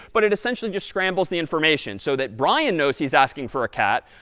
but it essentially just scrambles the information so that brian knows he's asking for a cat,